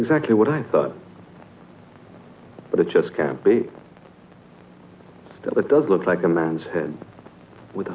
exactly what i thought but it just can't be still it does look like a man's head with